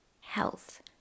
health